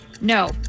No